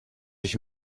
ich